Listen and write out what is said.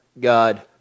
God